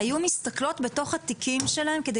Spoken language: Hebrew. הן היו מסתכלות בתוך התיקים שלהם כדי